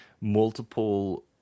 multiple